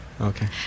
Okay